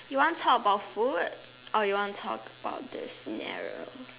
you want to talk about food or you want to talk about this scenario